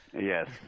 Yes